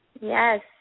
Yes